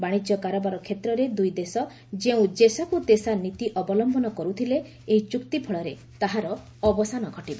ବାଶିଜ୍ୟ କାରବାର କ୍ଷେତ୍ରରେ ଦୁଇ ଦେଶ ଯେଉଁ ଯେସାକୁ ତେସା ନୀତି ଅବଲମ୍ଘନ କରୁଥିଲେ ଏହି ଚ୍ଚକ୍ତିଫଳରେ ତାହାର ଅବସାନ ଘଟିବ